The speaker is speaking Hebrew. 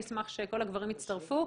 נשמח שכל הגברים יצטרפו.